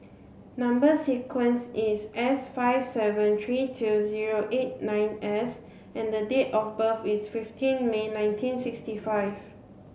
number sequence is S five seven three two zero eight nine S and the date of birth is fifteen May nineteen sixty five